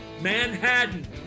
Manhattan